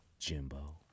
Jimbo